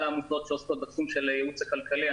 העמותות שעוסקות בתחום של ייעוץ כלכלי.